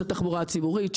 של תחבורה ציבורית,